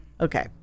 Okay